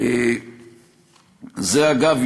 אגב,